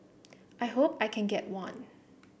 I hope I can get one